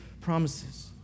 promises